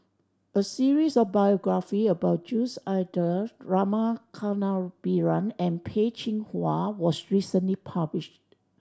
a series of biography about Jules Itier Rama Kannabiran and Peh Chin Hua was recently published